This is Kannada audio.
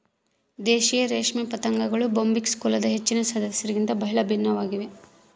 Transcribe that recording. ದೇಶೀಯ ರೇಷ್ಮೆ ಪತಂಗಗಳು ಬೊಂಬಿಕ್ಸ್ ಕುಲದ ಹೆಚ್ಚಿನ ಸದಸ್ಯರಿಗಿಂತ ಬಹಳ ಭಿನ್ನವಾಗ್ಯವ